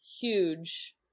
huge